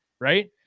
right